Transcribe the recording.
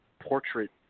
portrait